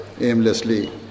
aimlessly